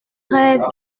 rêve